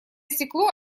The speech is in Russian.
стекло